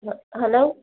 hello